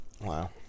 Wow